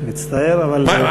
מצטער, אבל זה המצב.